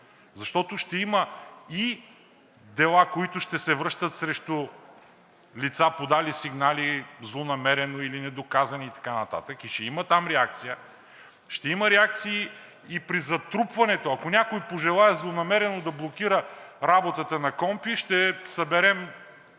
защото ще има и дела, които ще се връщат срещу лица, подали сигнали злонамерено или недоказани и така нататък, и ще има там реакция. Ще има реакции при затрупването. Ако някой желае злонамерено да блокира работата на КПКОНПИ, ще събере